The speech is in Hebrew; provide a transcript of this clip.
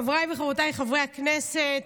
חבריי וחברותיי חברי הכנסת,